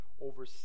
over